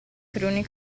cruni